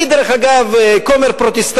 אני, דרך אגב, כומר פרוטסטנטי.